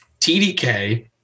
TDK